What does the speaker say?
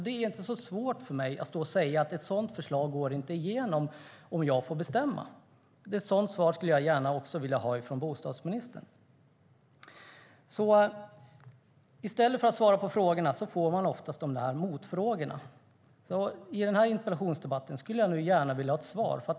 Det är inte så svårt för mig att säga att ett sådant förslag inte går igenom om jag får bestämma. Ett sådant svar skulle jag gärna också vilja ha från bostadsministern. I stället för svar på frågorna får man oftast de där motfrågorna. I den här interpellationsdebatten skulle jag gärna vilja ha ett svar.